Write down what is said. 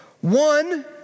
One